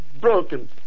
broken